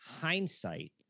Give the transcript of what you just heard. hindsight